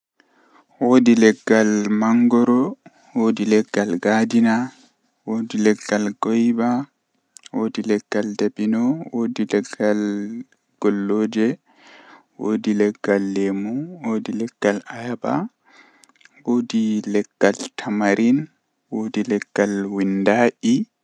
Taalel taalel jannata booyel, Himbe don mana mo dow o wawi kuugal bookaaku masin odon siira himbe nyende goo odon joodi odon siira o andaa sei o fecciti kosde maako bee siri maako man oo kosde maako wurti o dari odon wooka egaa nyende man o meetai sirugo goddo koomojo.